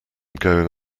going